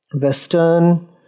Western